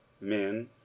Men